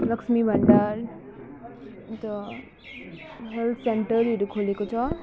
लक्ष्मी भण्डार अन्त हेल्थ सेन्टरहरू खोलिएको छ